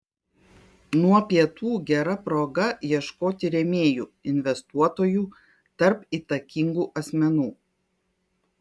nuo pietų gera proga ieškoti rėmėjų investuotojų tarp įtakingų asmenų